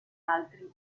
altri